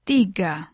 Tiga